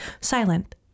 silent